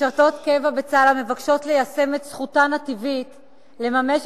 משרתות קבע בצה"ל מבקשות ליישם את זכותן הטבעית לממש